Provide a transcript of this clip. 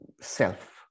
self